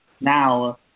now